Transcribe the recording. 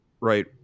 right